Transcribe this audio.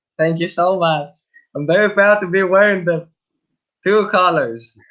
thank you, so but i'm very proud to be wearing the two colors.